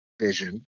vision